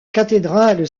cathédrale